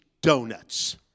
donuts